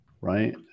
right